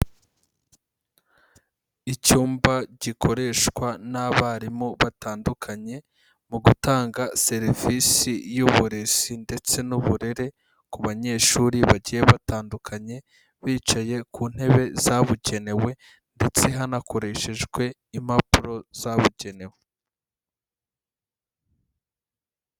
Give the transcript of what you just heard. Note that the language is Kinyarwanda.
Icyumba gikoreshwa n'abarimu batandukanye, mu gutanga serivisi y'uburezi ndetse n'uburere ku banyeshuri bagiye batandukanye, bicaye ku ntebe zabugenewe ndetse hanakoreshejwe impapuro zabugenewe.